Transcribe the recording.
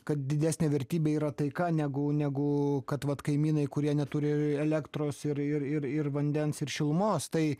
kad didesnė vertybė yra taika negu negu kad vat kaimynai kurie neturi elektros ir ir ir ir vandens ir šilumos tai